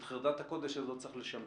את חרדת הקודש הזאת צריך לשמר.